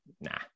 nah